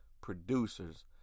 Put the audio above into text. producers